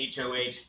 HOH